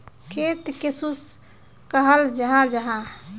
खेत किसोक कहाल जाहा जाहा?